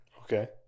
Okay